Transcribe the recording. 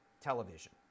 television